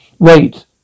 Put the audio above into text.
Wait